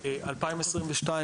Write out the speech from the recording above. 2022,